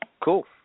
cool